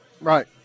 Right